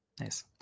Nice